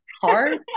hard